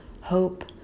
hope